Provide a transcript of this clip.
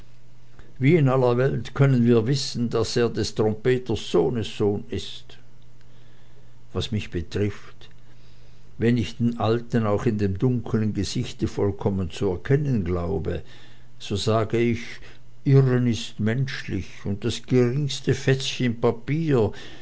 wie in aller welt können wir wissen daß er des trompeters sohnessohn ist was mich betrifft wenn ich den alten auch in dem dunklen gesicht vollkommen zu erkennen glaube so sage ich irren ist menschlich und das geringste fetzchen papier